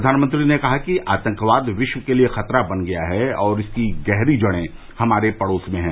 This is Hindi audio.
प्रधानमंत्री ने कहा कि आतंकवाद विश्व के लिए खतरा बन गया है और इसकी गहरी जड़ें हमारे पड़ोस में हैं